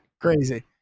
crazy